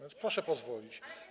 Więc proszę pozwolić.